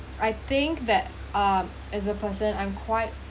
I think that ah as a person I'm quite